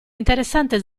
interessante